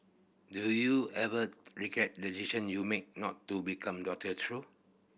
do you ever regret the decision you made not to become doctor through